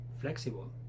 flexible